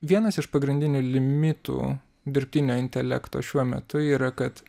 vienas iš pagrindinių limitų dirbtinio intelekto šiuo metu yra kad